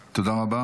תודה רבה.